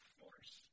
force